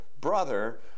Brother